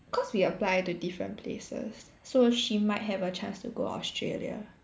cause we apply to different places so she might have a chance to go Australia